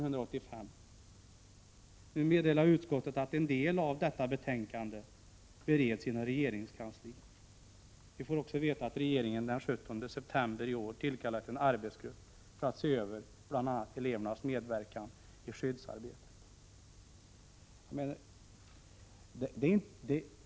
Utskottet meddelar nu att en del av detta betänkande bereds inom regeringskansliet. Vi får också veta att regeringen den 17 september i år tillkallade en arbetsgrupp för att se över bl.a. elevernas medverkan i skyddsarbetet.